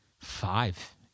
five